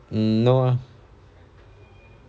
mm no ah